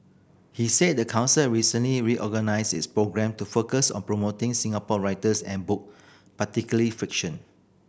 he said the council recently reorganised its programme to focus on promoting Singapore writers and book particularly fiction